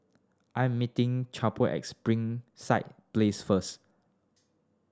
I am meeting Chalmer at Springside Place first